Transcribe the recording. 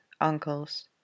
uncles